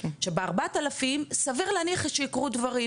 שב-4,000 סביר להניח שייקרו דברים,